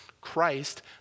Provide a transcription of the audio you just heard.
Christ